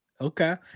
Okay